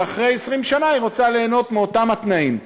ואחרי 20 שנה היא רוצה ליהנות מאותם התנאים.